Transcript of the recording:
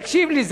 תקשיב לי,